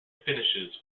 finishes